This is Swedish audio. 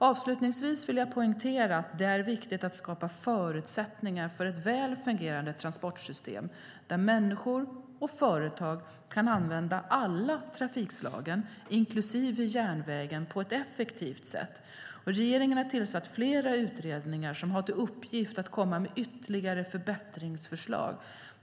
Avslutningsvis vill jag poängtera att det är viktigt att skapa förutsättningar för ett väl fungerande transportsystem där människor och företag kan använda alla trafikslag, inklusive järnvägen, på ett effektivt sätt. Regeringen har tillsatt flera utredningar som har till uppgift att komma med ytterligare förbättringsförslag.